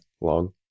long